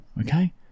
okay